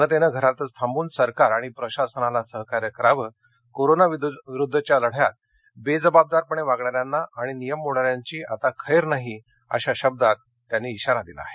जनतेनं घरातच थांबून सरकार आणि प्रशासनाला सहकार्य करावं कोरोना विरुद्धच्या लद्यात बेजबाबदारपणे वागणाऱ्यांना आणि नियम मोडणाऱ्यांची आता खैर नाही अशा शब्दात पवार यांनी इशारा दिला आहे